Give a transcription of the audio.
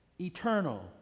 Eternal